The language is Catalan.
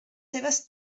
seves